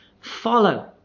follow